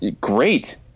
Great